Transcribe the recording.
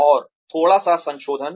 और थोड़ा सा संशोधन